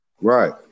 Right